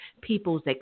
people's